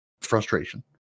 frustration